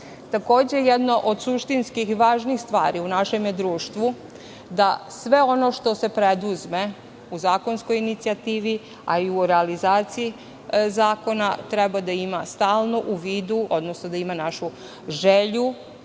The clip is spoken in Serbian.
odraslih. Jedno od suštinski važnih stvari u našem društvu je da sve ono što se preduzme u zakonskoj inicijativi, a i u realizaciji zakona treba da ima stalno u vidu, odnosno da ima našu želju